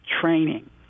training